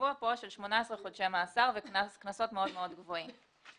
שקבוע כאן של 18 חודשי מאסר וקנסות מאוד מאוד גבוהים.